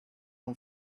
own